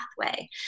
pathway